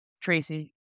tracy